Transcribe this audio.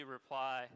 reply